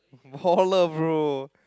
baller bro